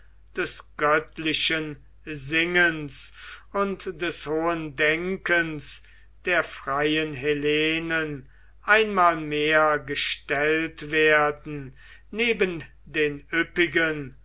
des göttlichen singens und des hohen denkens der freien hellenen einmal mehr gestellt werden neben den üppigen